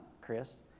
Chris